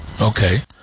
Okay